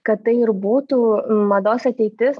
kad tai ir būtų mados ateitis